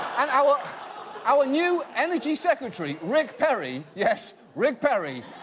and our our new energy secretary, rick perry. yes, rick perry.